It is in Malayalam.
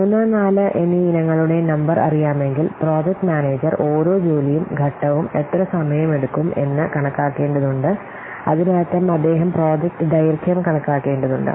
3 4 എന്നീ ഇനങ്ങളുടെ നമ്പർ അറിയാമെങ്കിൽ പ്രോജക്റ്റ് മാനേജർ ഓരോ ജോലിയും ഘട്ടവും എത്ര സമയമെടുക്കും എന്ന് കണക്കാക്കേണ്ടതുണ്ട് അതിനർത്ഥം അദ്ദേഹം പ്രോജക്റ്റ് ദൈർഘ്യം കണക്കാക്കേണ്ടതുണ്ട്